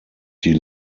die